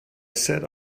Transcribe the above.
said